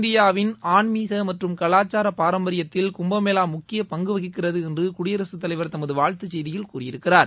இந்தியாவின் ஆன்மீக மற்றும் கலாச்சார பாரம்பரியத்திால் கும்பமேளா முக்கிய பங்கு வகிக்கிறது என்று குடியரசுத் தலைவர் தமது வாழ்த்துச் செய்தியில் கூறியிருக்கிறார்